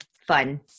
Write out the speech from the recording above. Fun